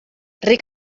ric